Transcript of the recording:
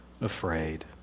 afraid